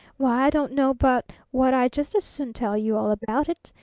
why, i don't know but what i'd just as soon tell you all about it.